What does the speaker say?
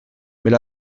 mais